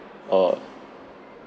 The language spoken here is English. err